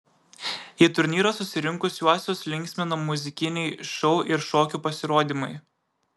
į turnyrą susirinkusiuosius linksmino muzikiniai šou ir šokių pasirodymai